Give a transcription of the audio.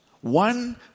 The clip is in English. One